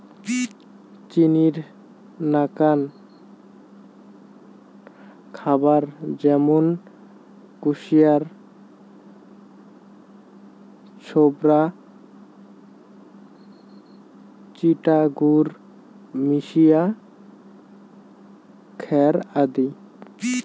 চিনির নাকান খাবার য্যামুন কুশিয়ার ছোবড়া, চিটা গুড় মিশিয়া খ্যার আদি